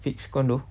fixed condo